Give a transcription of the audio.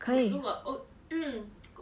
可以